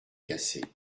cassées